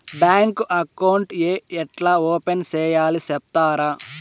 Bank account ఏ ఎట్లా open సేయాలి సెప్తారా?